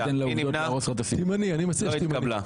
תימנעי, אני מציע שתימנעי.